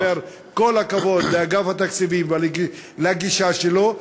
ואני אומר: כל הכבוד לאגף התקציבים ולגישה שלו.